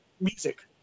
music